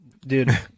dude